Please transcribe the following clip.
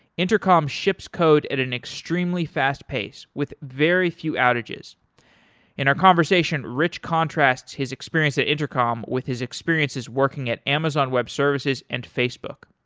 intercom ships code at an extremely fast-pace, with very few outages in our conversation, rich contrasts his experience at intercom with his experiences working at amazon web services and facebook.